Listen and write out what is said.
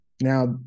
Now